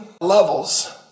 levels